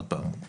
עוד פעם,